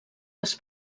les